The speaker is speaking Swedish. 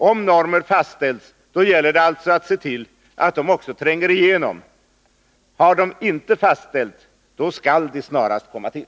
Om normer fastställts, då gäller det alltså att se till att de också tränger igenom. Har normer inte fastställts, skall de snarast komma till.